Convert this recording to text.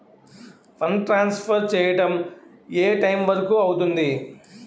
Fund transfer చేయడం ఏ time వరుకు అవుతుంది?